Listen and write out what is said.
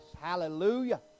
Hallelujah